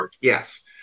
Yes